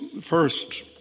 first